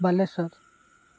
Balasore